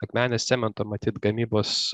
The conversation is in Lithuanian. akmenės cemento matyt gamybos